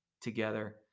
together